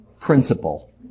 principle